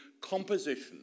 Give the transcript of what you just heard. composition